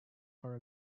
for